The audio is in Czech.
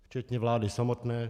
Včetně vlády samotné.